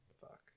Fuck